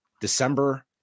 December